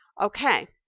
okay